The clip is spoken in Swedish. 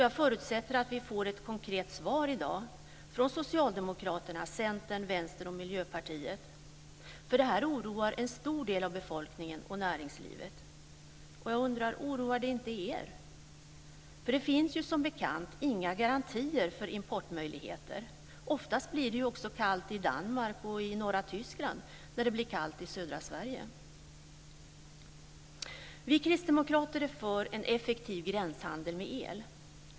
Jag förutsätter att vi får ett konkret svar i dag från Socialdemokraterna, Centern, Vänstern och Miljöpartiet, för det här oroar en stor del av befolkningen och näringslivet. Och jag undrar: Oroar det inte er? Det finns ju som bekant inga garantier för importmöjligheter. Oftast blir det ju också kallt i Danmark och i norra Tyskland när det blir kallt i södra Sverige.